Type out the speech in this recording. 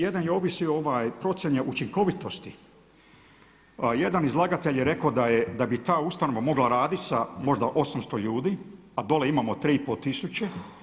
Jedan je ovisio procjena učinkovitosti, jedan izlagatelj je rekao da bi ta ustanova mogla radit sa možda 800 ljudi, a dole imamo 3 i pol tisuće.